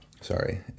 sorry